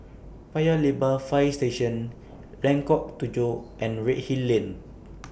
Paya Lebar Fire Station Lengkok Tujoh and Redhill Lane